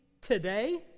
today